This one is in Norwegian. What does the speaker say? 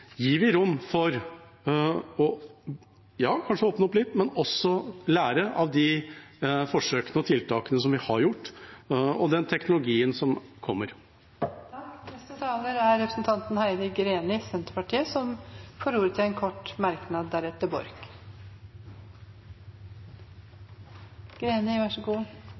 rom for kanskje å åpne opp litt, men også å lære av de forsøkene og tiltakene vi har gjort, og den teknologien som kommer. Representanten Heidi Greni har hatt ordet to ganger tidligere og får ordet til en kort merknad,